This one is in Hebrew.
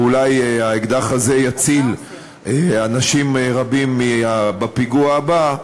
ואולי האקדח הזה יציל אנשים רבים בפיגוע הבא,